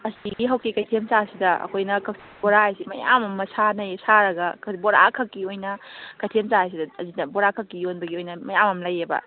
ꯑꯁꯤꯒꯤ ꯍꯧꯖꯤꯛ ꯀꯩꯊꯦꯜ ꯃꯆꯥꯁꯤꯗ ꯑꯩꯈꯣꯏꯅ ꯕꯣꯔꯥ ꯍꯥꯏꯁꯤ ꯃꯌꯥꯝ ꯑꯃ ꯁꯥꯅꯩ ꯁꯥꯔꯒ ꯕꯣꯔꯥꯈꯛꯀꯤ ꯑꯣꯏꯅ ꯀꯩꯊꯦꯜ ꯃꯆꯥꯁꯤꯗ ꯑꯗꯨꯗ ꯕꯣꯔꯥꯈꯛꯀꯤ ꯌꯣꯟꯕꯒꯤ ꯑꯣꯏꯅ ꯃꯌꯥꯝ ꯑꯃ ꯂꯩꯌꯦꯕ